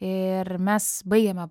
ir mes baigiame